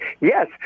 Yes